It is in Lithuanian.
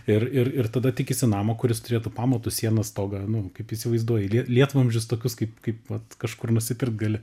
ir ir ir tada tikisi namo kuris turėtų pamatus sienas stogą nu kaip įsivaizduoji lie lietvamzdžius tokius kaip kaip vat kažkur nusipirkt gali